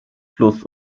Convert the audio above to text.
plus